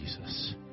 Jesus